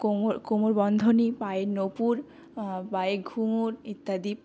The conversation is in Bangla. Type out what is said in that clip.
কোমর কোমরবন্ধনী পায়ের নপুর পায়ে ঘুঙুর ইত্যাদি